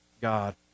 God